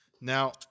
Now